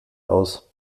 aus